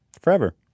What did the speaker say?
forever